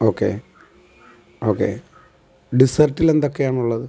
okay okay ഡെസേർട്ടിൽ എന്തൊക്കെയാണ് ഉള്ളത്